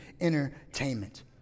entertainment